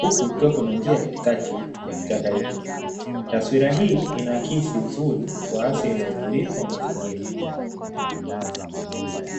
huku kukiwa na njia katikati ya kichaka hicho. Taswira hii inaakisi uzuri wa asili na utulivu wa mazingira.